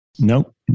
Nope